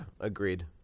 agreed